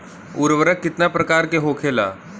उर्वरक कितना प्रकार के होखेला?